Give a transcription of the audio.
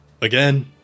Again